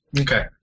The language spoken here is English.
Okay